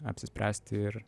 apsispręsti ir